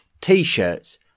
t-shirts